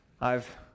I've